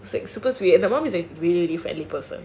it was super sweet and her mum is like a really really friendly person